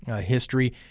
history